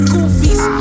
Goofies